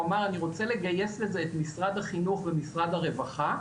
הוא אמר אני רוצה לגייס לזה את משרד החינוך ואת משרד הרווחה,